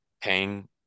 paying